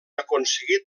aconseguir